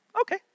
Okay